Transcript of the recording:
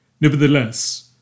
Nevertheless